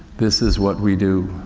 this is what we do.